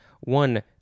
One